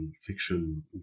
fiction